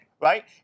right